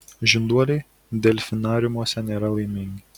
žinduoliai delfinariumuose nėra laimingi